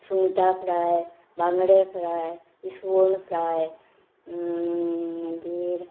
सुंगटा फ्राय बांगडे फ्राय इसवण फ्राय मागीर